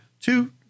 two